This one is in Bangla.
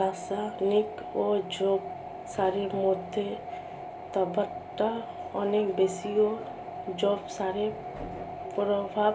রাসায়নিক ও জৈব সারের মধ্যে তফাৎটা অনেক বেশি ও জৈব সারের প্রভাব